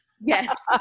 Yes